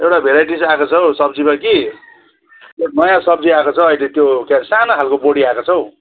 एउटा भेराइटिज आएको छ हो सब्जीमा कि त्यो नयाँ सब्जी आएको छ अहिले त्यो क्या अरे साना खालको बोडी आएको छ हो